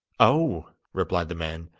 oh! replied the man,